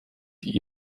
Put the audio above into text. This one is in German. die